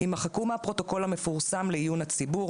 יימחקו מהפרוטוקול המפורסם לעיון הציבור,